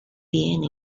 being